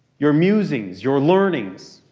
your musings, your learnings.